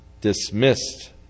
dismissed